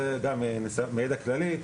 וזה גם מידע כללי,